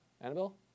Annabelle